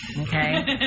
okay